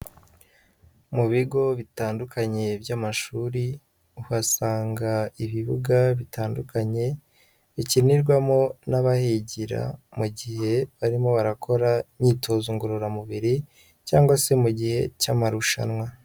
Mu bigo bitandukanye by'amashuri, uhasanga ibibuga bitandukanye bikinirwamo n'abahigira mu gihe barimo barakora imyitozo ngororamubiri cyangwa se mu gihe cy'amarushanwa.